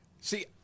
See